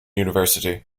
university